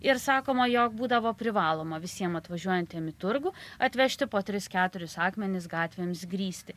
ir sakoma jog būdavo privaloma visiem atvažiuojantiem į turgų atvežti po tris keturis akmenis gatvėms grįsti